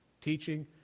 teaching